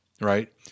right